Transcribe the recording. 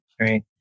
right